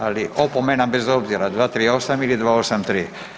Ali opomena bez obzira, 238 ili 283.